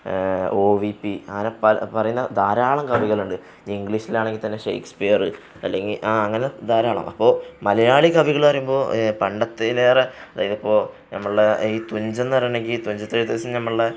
O N V അങ്ങനെ പറയുന്ന ധാരാളം കവികളുണ്ട് ഇംഗ്ലീഷിലാണെങ്കില്ത്തന്നെ ഷേയിക്സ്പിയര് അല്ലെങ്കില് ആ അങ്ങനെ ധാരാളം അപ്പോള് മലയാളി കവികളെന്ന് പറയുമ്പോള് പണ്ടത്തെക്കാളേറെ അതായത് ഇപ്പോള് നമ്മുടെ ഈ തുഞ്ചനെന്ന് പറയുകയാണെങ്കില് തുഞ്ചത്തെഴുത്തച്ഛന് നമ്മുടെ